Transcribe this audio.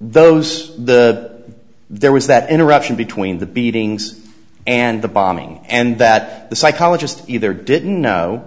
those the there was that interaction between the beatings and the bombing and that the psychologist either didn't know